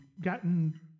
gotten